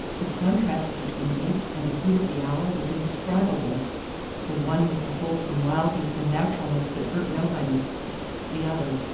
the contrast between it and the hoot of the owl was indescribable the one with a wholesome wildness and naturalness that hurt nobody the other,